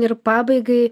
ir pabaigai